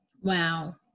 Wow